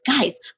guys